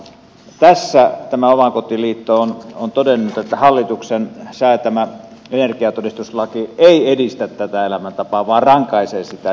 tässä tämä omakotiliitto on todennut että hallituksen säätämä energiatodistuslaki ei edistä tätä elämäntapaa vaan rankaisee sitä